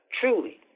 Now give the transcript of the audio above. truly